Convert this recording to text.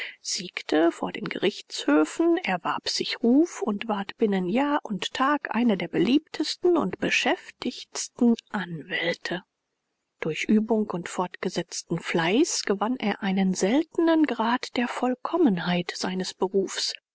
siegte vor den gerichtshöfen erwarb sich ruf und ward binnen jahr und tag einer der beliebtesten und beschäftigtsten anwälte durch übung und fortgesetzten fleiß gewann er einen seltenen grad der vollkommenheit seines berufs